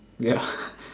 ya